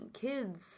kids